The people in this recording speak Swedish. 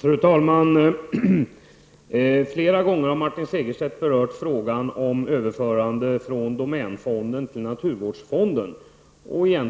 Fru talman! Martin Segerstedt har flera gånger berört överförandet från domänfonden till naturvårdsfonden.